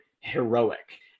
heroic